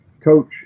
coach